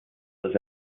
dass